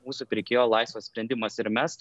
mūsų pirkėjo laisvas sprendimas ir mes